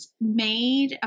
made